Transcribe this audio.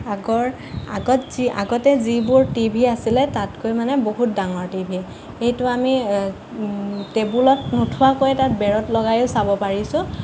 আগৰ আগত যি আগতে যিবোৰ টিভি আছিলে তাতকৈ মানে বহুত ডাঙৰ টিভি সেইটো আমি টেবুলত নোথোৱাকৈ তাক বেৰত লগাই চাব পাৰিছোঁ